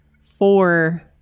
four